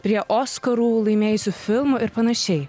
prie oskarų laimėjusių filmų ir panašiai